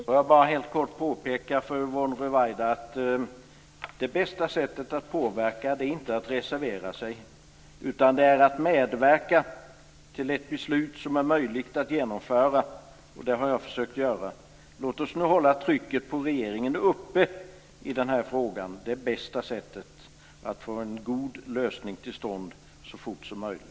Fru talman! Jag vill bara helt kort påpeka för Yvonne Ruwaida att det bästa sättet att påverka inte är att reservera sig, utan det är att medverka till ett beslut som är möjligt att genomföra. Det har jag försökt göra. Låt oss nu hålla trycket på regeringen uppe i denna fråga. Det är bästa sättet att få en god lösning till stånd så fort som möjligt.